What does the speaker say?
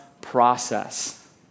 process